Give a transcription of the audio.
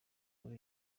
nkuru